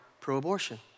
pro-abortion